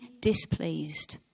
displeased